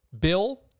Bill